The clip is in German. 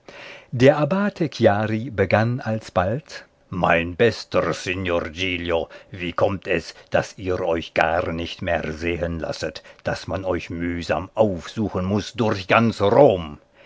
der abbate chiari begann alsbald mein bester signor giglio wie kommt es daß ihr euch gar nicht mehr sehen lasset daß man euch mühsam aufsuchen muß durch ganz rom